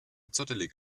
zottelig